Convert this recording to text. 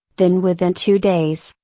then within two days,